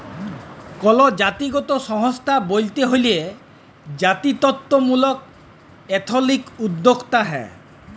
call জাতিগত সংস্থা ব্যইলতে হ্যলে জাতিত্ত্বমূলক এথলিক উদ্যোক্তা হ্যয়